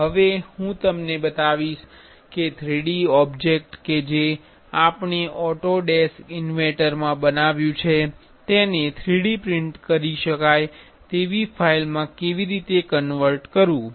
હવે હું તમને બતાવીશ કે 3D ઓબ્જેક્ટ કે જે આપણે ઓટોડેસ્ક ઇન્વેન્ટરમાં બનાવ્યુ છે તેને 3D પ્રિન્ટ કરી શકાય તેવી ફાઇલ માં કેવી રીતે કન્વર્ટ કરવું